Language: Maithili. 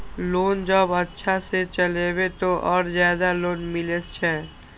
लोन जब अच्छा से चलेबे तो और ज्यादा लोन मिले छै?